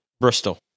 Bristol